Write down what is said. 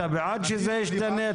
אתה בעד שזה ישתנה?